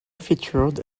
featured